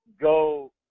go